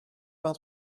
vingt